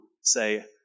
say